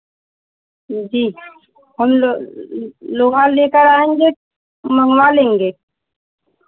जी हम लो लोहा लेकर आएंगे मँगवा लेंगे